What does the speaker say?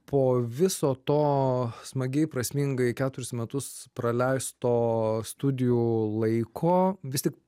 po viso to smagiai prasmingai keturis metus praleisto studijų laiko vis tik